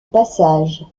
passage